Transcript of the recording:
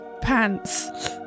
pants